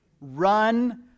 Run